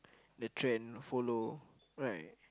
the trend follow right